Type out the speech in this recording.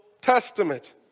Testament